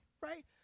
right